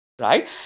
right